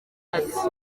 ati